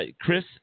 chris